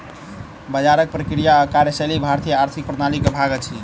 बजारक प्रक्रिया आ कार्यशैली भारतीय आर्थिक प्रणाली के भाग अछि